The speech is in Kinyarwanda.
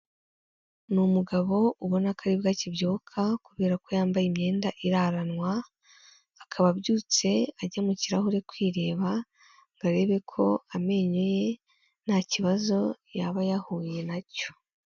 Ni umugabo ubona ko ari bwo akibyuka kubera ko yambaye imyenda iraranwa, akaba abyutse ajya mu kirahure kwireba ngo arebe ko amenyo ye nta kibazo yaba yahuye na cyo.